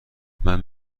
منم